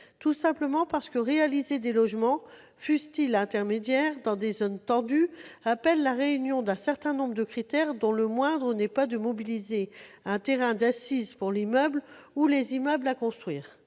la meilleure. En effet, réaliser des logements, fussent-ils intermédiaires, dans des zones tendues appelle la réunion d'un certain nombre de critères, dont le moindre n'est pas de mobiliser un terrain d'assise pour l'immeuble ou les immeubles à construire.